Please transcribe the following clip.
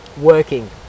working